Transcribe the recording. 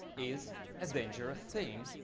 is a dangerous, thing.